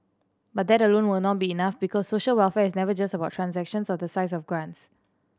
but that alone will not be enough because social welfare is never just about transactions or the size of grants